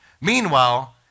Meanwhile